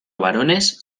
varones